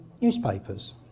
newspapers